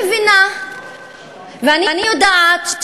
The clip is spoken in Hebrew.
ומיובאים בין